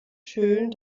schön